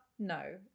No